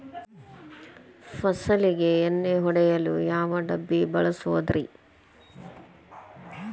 ಫಸಲಿಗೆ ಎಣ್ಣೆ ಹೊಡೆಯಲು ಯಾವ ಡಬ್ಬಿ ಬಳಸುವುದರಿ?